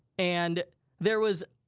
and there was,